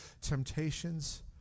temptations